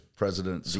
president